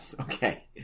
Okay